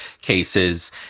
cases